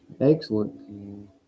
Excellent